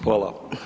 Hvala.